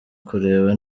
kureba